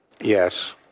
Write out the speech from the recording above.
Yes